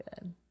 good